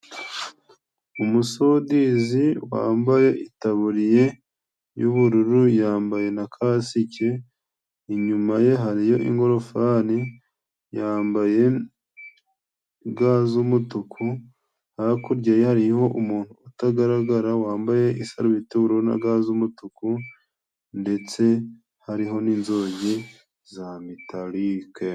Umusudizi wambaye itaburiye y'ubururu, yambaye na kasiki inyuma ye hariyo ingorofani, yambaye ga z'umutuku ,hakurya ye hariho umuntu utagaragara wambaye isarubeti y'ubururu na ga z 'umutuku ndetse hariho n'inzugi za mitalike.